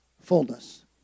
fullness